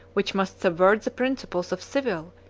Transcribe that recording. which must subvert the principles of civil,